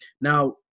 Now